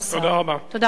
תודה רבה.